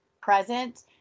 present